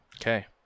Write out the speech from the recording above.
Okay